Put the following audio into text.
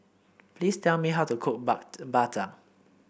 please tell me how to cook Bak Chang